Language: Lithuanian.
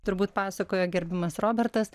turbūt pasakojo gerbiamas robertas